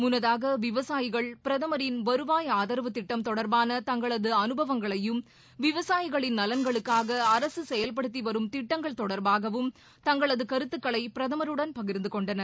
முன்னதாக விவசாயிகள் பிரதமரின் வருவாய் ஆதரவு திட்டம் தொடர்பான தங்களது அனுபவங்களையும் விவசாயிகளின் நலன்களுக்காக அரசு செயல்படுத்தி வரும் திட்டங்கள் தொடர்பாகவும் தங்களது கருத்துக்களை பிரதமருடன் பகிர்ந்து கொண்டனர்